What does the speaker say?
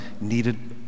needed